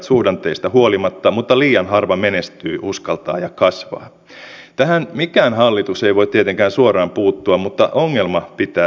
ellette nyt pysty arvioimaan niin toivoisin että vaikka helmikuussa tulisi eduskunnalle tiedonanto tai mieluummin ehkä selonteko tästä tärkeästä asiasta